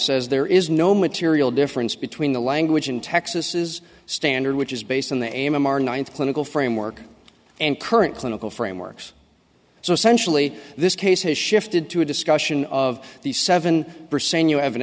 says there is no material difference between the language in texas is standard which is based on a memoir ninth clinical framework and current clinical frameworks so essentially this case has shifted to a discussion of the seven percent you have an